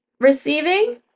receiving